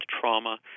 trauma